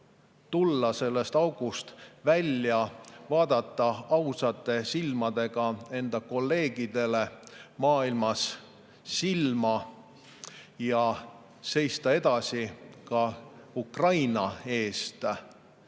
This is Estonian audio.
tulla sellest august välja, vaadata ausate silmadega enda kolleegidele maailmas otsa ja seista edasi ka Ukraina eest. Kaja